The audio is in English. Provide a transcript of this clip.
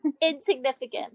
Insignificant